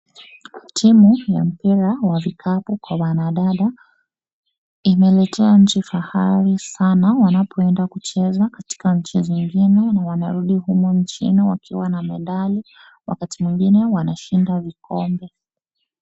Timu ya mpira wa vikapu kwa wanadada imeletea nchi fahari sana wanapoenda kucheza katika nchi zingine na wanarudi humu nchini wakiwa na medali. Wakati mwingine wanashinda vikombe.